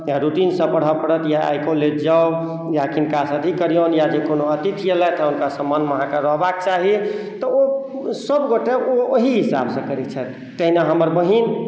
चाहे रूटीनसँ पढ़य पड़त या आइ कॉलेज जाउ या किनकासँ अथी करियौन या कोनो अतिथि एलथि तऽ हुनका सम्मानमे अहाँकेँ रहबाक चाही तऽ ओ सभगोटए ओ ओही हिसाबसँ करै छथि तहिना हमर बहिन